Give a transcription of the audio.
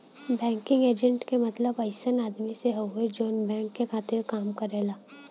banking agent क मतलब अइसन आदमी से हउवे जौन बैंक के खातिर काम करेला